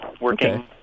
working